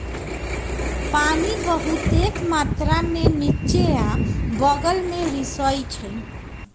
पानी बहुतेक मात्रा में निच्चे आ बगल में रिसअई छई